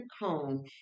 home